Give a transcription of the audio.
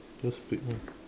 just pick one